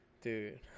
Dude